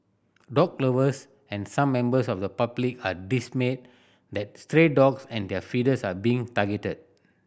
dog lovers and some members of the public are dismayed that stray dog and their feeders are being targeted